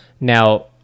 Now